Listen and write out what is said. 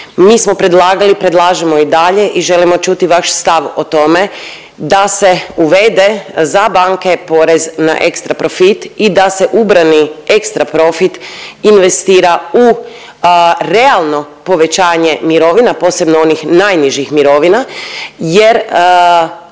Mi smo predlagali, predlažemo i dalje i želimo čuti vaš stav o tome da se uvede za banke porez na ekstra profit i da se ubrani ekstra profit investira u realno povećanje mirovina, posebno onih najnižih mirovina jer